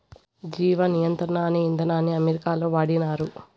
జీవ నియంత్రణ అనే ఇదానాన్ని అమెరికాలో వాడినారు